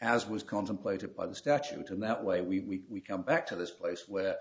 as was contemplated by the statute and that way we come back to this place where